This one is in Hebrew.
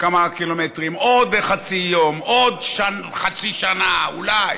כמה קילומטרים, עוד חצי יום, עוד חצי שנה, אולי,